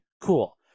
cool